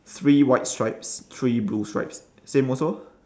three white stripes three blue stripes same also